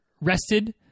rested